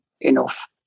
enough